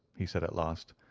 he said at last,